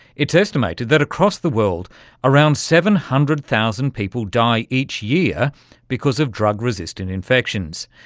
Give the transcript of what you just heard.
it's estimated that across the world around seven hundred thousand people die each year because of drug-resistant infections.